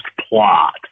plot